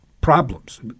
problems